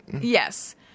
Yes